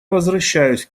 возвращаюсь